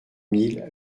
mille